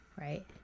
right